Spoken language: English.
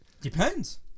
Depends